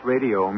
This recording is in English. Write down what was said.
Radio